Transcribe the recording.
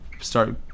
start